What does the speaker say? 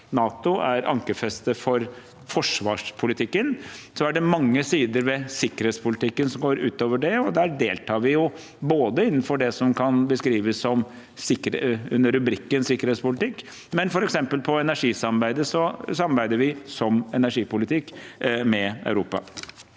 NATO er ankerfestet for forsvarspolitikken. Så er det mange sider ved sikkerhetspolitikken som går ut over det, og der deltar vi jo, både innenfor det som går under rubrikken sikkerhetspolitikk, og f.eks. i energisamarbeidet, der vi samarbeider om energipolitikk med Europa.